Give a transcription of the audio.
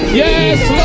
yes